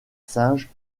singes